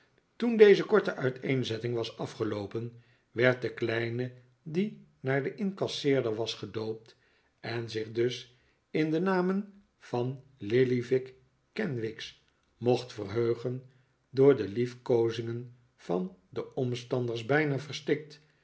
toen deze korte uiteenzetting was afgeloopen werd de kleine die naar den incasseerder was gedoopt en zich dus in de namen van lillyvick kenwigs mocht verheugen door de liefkoozingen van de omstanders bijna verstikt